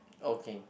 okay